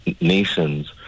nations